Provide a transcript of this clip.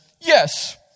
Yes